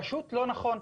פשוט לא נכון.